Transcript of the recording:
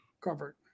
covered